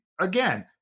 again